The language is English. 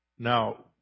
Now